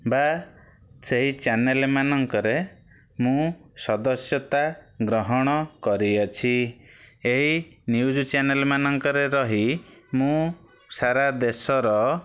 ବା ସେହି ଚ୍ୟାନେଲ ମାନଙ୍କରେ ମୁଁ ସଦସ୍ୟତା ଗ୍ରହଣ କରିଅଛି ଏଇ ନ୍ୟୁଜ୍ ଚ୍ୟାନେଲ ମାନଙ୍କରେ ରହି ମୁଁ ସାରାଦେଶର